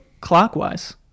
clockwise